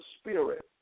spirit